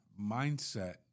mindset